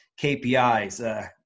KPIs